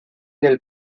del